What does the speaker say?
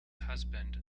husband